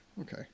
okay